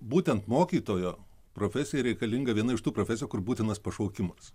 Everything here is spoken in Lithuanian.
būtent mokytojo profesijai reikalinga viena iš tų profesijų kur būtinas pašaukimas